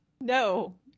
No